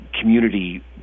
community